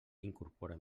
incorpora